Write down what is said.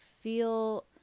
feel